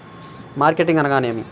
Marketing అనగానేమి?